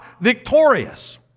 victorious